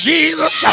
Jesus